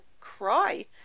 cry